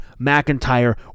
McIntyre